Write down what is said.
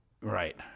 Right